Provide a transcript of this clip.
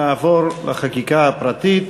נעבור לחקיקה הפרטית.